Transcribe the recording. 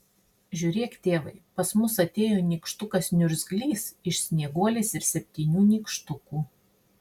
žiūrėk tėvai pas mus atėjo nykštukas niurzglys iš snieguolės ir septynių nykštukų